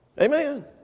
Amen